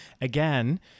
again